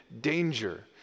danger